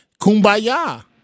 kumbaya